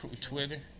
Twitter